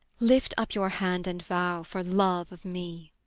lift up your hand and vow, for love of me.